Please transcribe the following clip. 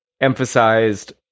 emphasized